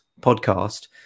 podcast